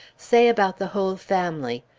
say about the whole family.